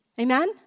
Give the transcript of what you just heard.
Amen